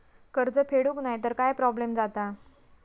कर्ज फेडूक नाय तर काय प्रोब्लेम जाता?